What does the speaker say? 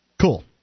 Cool